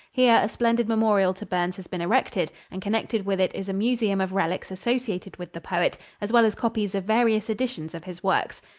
here a splendid memorial to burns has been erected, and connected with it is a museum of relics associated with the poet, as well as copies of various editions of his works.